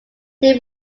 too